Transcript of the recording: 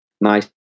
nice